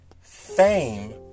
fame